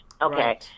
Okay